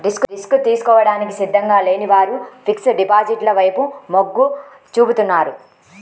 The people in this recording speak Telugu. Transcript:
రిస్క్ తీసుకోవడానికి సిద్ధంగా లేని వారు ఫిక్స్డ్ డిపాజిట్ల వైపు మొగ్గు చూపుతున్నారు